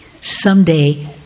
Someday